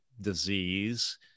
disease